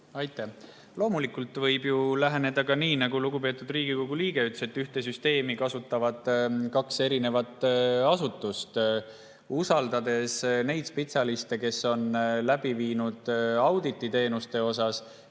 Aitäh! Loomulikult võib ju läheneda ka nii, nagu lugupeetud Riigikogu liige ütles, et ühte süsteemi kasutavad kaks asutust. Usaldades spetsialiste, kes on läbi viinud teenuste